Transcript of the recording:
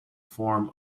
form